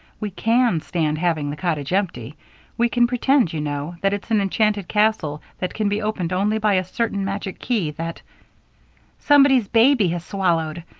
we can stand having the cottage empty we can pretend, you know, that it's an enchanted castle that can be opened only by a certain magic key that somebody's baby has swallowed,